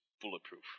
bulletproof